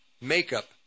makeup